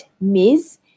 Miss